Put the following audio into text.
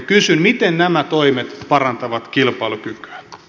kysyn miten nämä toimet parantavat kilpailukykyä